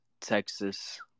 Texas